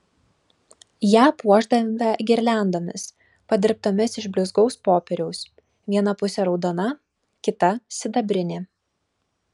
ją puošdavę girliandomis padirbtomis iš blizgaus popieriaus viena pusė raudona kita sidabrinė